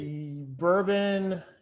bourbon